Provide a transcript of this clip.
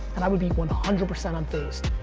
and i would be one hundred percent unfazed.